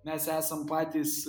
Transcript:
mes esam patys